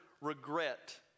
regret